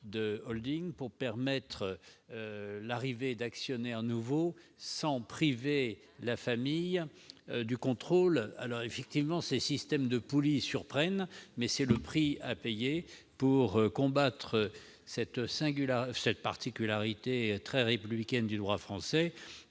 de holding pour permettre l'arrivée d'actionnaires nouveaux sans priver la famille du contrôle. Certes, ces systèmes de poulies peuvent surprendre ; mais c'est là le prix à payer pour combattre cette particularité très républicaine inhérente au droit français,